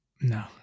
No